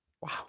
Wow